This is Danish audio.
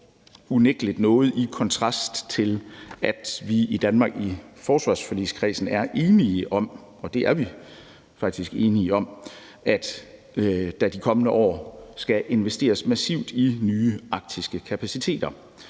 unægtelignoget i kontrast til, at vi i Danmark i forsvarsforligskredsen er enige om – det er vi faktisk enige om – at der de kommende år skal investeres massivt i nye arktiske kapaciteter.